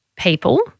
people